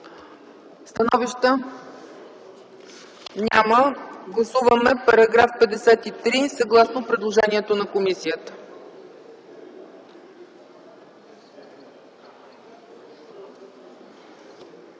Становища? Няма. Гласуваме § 53, съгласно предложението на комисията.